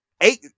Eight